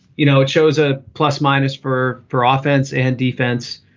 you know, it shows a plus minus for for ah offense and defense